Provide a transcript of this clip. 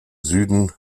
süden